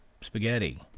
spaghetti